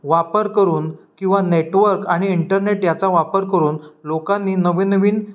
वापर करून किंवा नेटवर्क आणि इंटरनेट याचा वापर करून लोकांनी नवनवीन